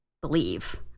believe